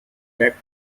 back